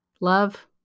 love